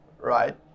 right